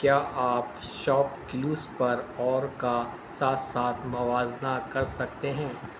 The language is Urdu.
کیا آپ شاپکلیوز پر اور کا ساتھ ساتھ موازنہ کر سکتے ہیں